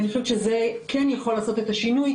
אני חושבת שזה כן יכול לעשות את השינוי.